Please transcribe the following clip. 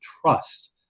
trust